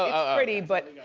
um pretty, but.